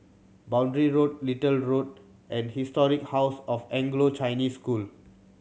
Boundary Road Little Road and Historic House of Anglo Chinese School